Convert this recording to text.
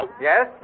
Yes